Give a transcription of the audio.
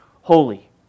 holy